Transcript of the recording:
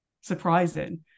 surprising